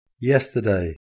Yesterday